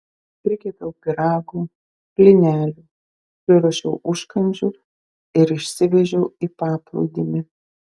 prikepiau pyragų blynelių priruošiau užkandžių ir išsivežiau į paplūdimį